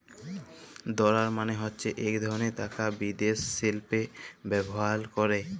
dollar মালে হছে ইক ধরলের টাকা বিদ্যাশেল্লে ব্যাভার ক্যরে